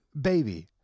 Baby